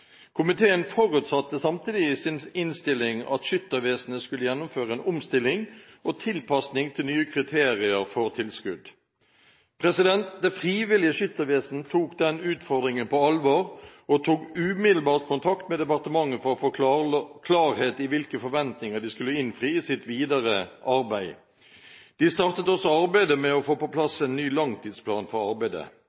Komiteen forutsatte samtidig i sin innstilling at Skyttervesenet skulle gjennomføre en omstilling og tilpasning til nye kriterier for tilskudd. Det frivillige Skyttervesen tok utfordringen på alvor og tok umiddelbart kontakt med departementet for å få klarhet i hvilke forventninger de skulle innfri i sitt videre arbeid. De startet også arbeidet med å få på